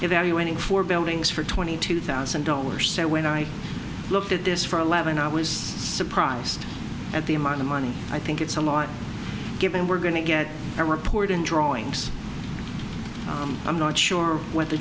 evaluating four buildings for twenty two thousand dollars so when i looked at this for eleven i was surprised at the amount of money i think it's a lot given we're going to get a report in drawings come i'm not sure what the